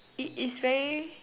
it is very